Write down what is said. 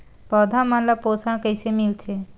पौधा मन ला पोषण कइसे मिलथे?